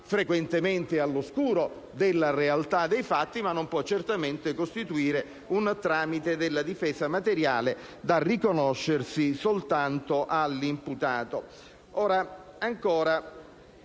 frequentemente è all'oscuro della realtà dei fatti, ma non può certamente costituire un tramite della difesa materiale da riconoscersi soltanto all'imputato.